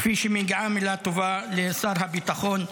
כפי שמגיעה מילה טובה לשר הביטחון,